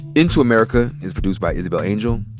into america is produced by isabel angel,